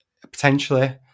potentially